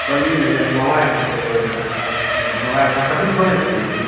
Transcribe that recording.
बली भैया मोबाइल लैके रहै रह मोबाइल कम्पनी सऽ बोलै छियै कि